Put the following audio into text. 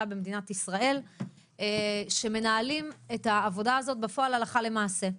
במדינת ישראל שמנהלים את העבודה הזאת בפועל הלכה למעשה.